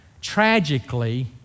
Tragically